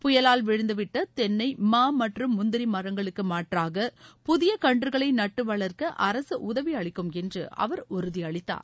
புயலால் விழுந்துவிட்ட தென்னை மா மற்றும் முந்திரி மரங்களுக்கு மாற்றாக புதிய கன்றுகளை நட்டு வளர்க்க அரசு உதவி அளிக்கும் என்று அவர் உறுதியளித்தார்